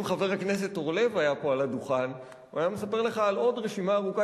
אם חבר הכנסת אורלב היה פה על הדוכן הוא היה מספר לך על עוד רשימה ארוכה